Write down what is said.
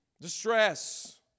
distress